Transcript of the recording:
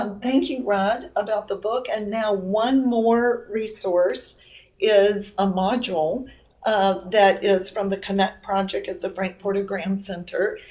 um thank you, rud, about the book. and now, one more resource is a module that is from the connect project at the frank porter graham center.